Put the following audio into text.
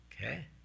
Okay